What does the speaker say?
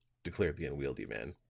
declared the unwieldy man,